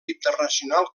internacional